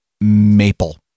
Maple